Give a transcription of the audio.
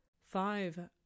Five